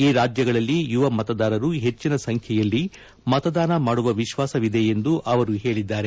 ಈ ರಾಜ್ಯಗಳಲ್ಲಿ ಯುವ ಮತದಾರರು ಹೆಚ್ಚನ ಸಂಖ್ಯೆಯಲ್ಲಿ ಮತದಾನ ಮಾಡುವ ವಿಶ್ವಾಸವಿದೆ ಎಂದು ಅವರು ಹೇಳಿದ್ದಾರೆ